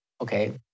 Okay